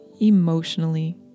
emotionally